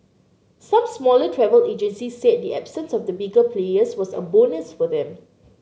some smaller travel agencies said the absence of the bigger players was a bonus for them